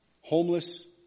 homeless